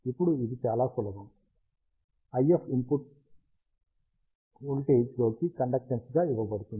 ఇప్పుడు ఇది చాలా సులభం IF అవుట్పుట్ ఇన్పుట్ వోల్టేజ్లోకి కండక్టేన్స్ గా ఇవ్వబడుతుంది